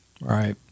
Right